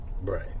Right